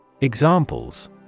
Examples